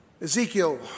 Ezekiel